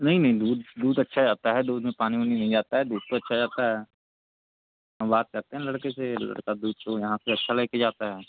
नहीं नहीं दूध दूध अच्छा जाता है दूध में पानी ओनी नहीं जाता है दूध तो अच्छा जाता है हम बात करते हैं लड़के से लड़का दूध जो यहाँ से अच्छा लेके जाता है